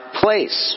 place